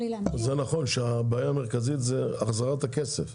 זה נכון שהבעיה המרכזית זה החזרת הכסף.